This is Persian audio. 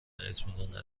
اطمینان